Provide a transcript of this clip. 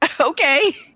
okay